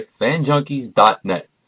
FanJunkies.net